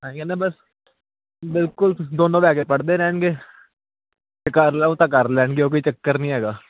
ਆਹ ਹੀ ਹੈ ਨਾ ਬਸ ਬਿਲਕੁਲ ਦੋਨਾਂ ਦਾ ਹੈਗਾ ਪੜ੍ਹਦੇ ਰਹਿਣਗੇ ਕੇ ਲੈ ਅਤੇ ਕਰ ਲੈਣਗੇ ਉਹ ਕੋਈ ਚੱਕਰ ਨਹੀਂ ਹੈਗਾ